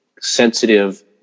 sensitive